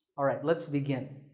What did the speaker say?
alright let's begin.